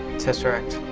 tesseract.